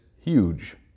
huge